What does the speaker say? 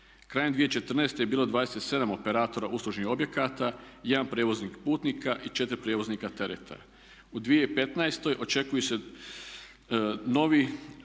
Krajem 2014. je bilo 27 operatora uslužnih objekata, 1 prijevoznik putnika i 4 prijevoznika tereta. U 2015. očekuju se novi,